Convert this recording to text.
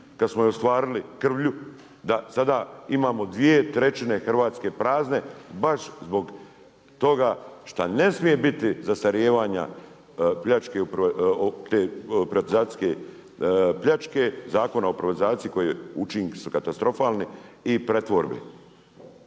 kada smo ju ostvarili krvlju da sada imamo dvije trećine Hrvatske prazne baš zbog toga što ne smije biti zastarijevanja pljačka privatizacijske pljačke Zakona o privatizaciji čiji su učinci katastrofalni i pretvorbe